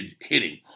hitting